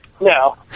No